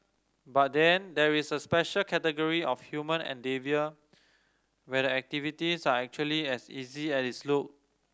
but then there is a special category of human endeavour where the activities are actually as easy as it look